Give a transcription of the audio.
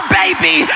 baby